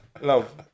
Love